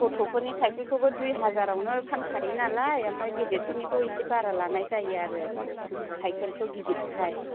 गथ'फोरनि साइखेलखौबो दुइ हाजारावनो फानखायो नालाय ओमफ्राय गेदेरफोरनिखौ एसे बारा लानायजायो आरो सायखेलखौ गिदिरखाय